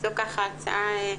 זו הצעה.